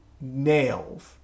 nails